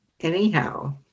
Anyhow